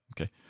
Okay